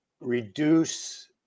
reduce